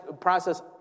process